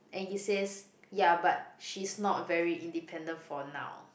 and he says ya but she's not very independent for now